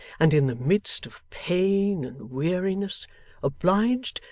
and in the midst of pain and weariness obliged,